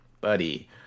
buddy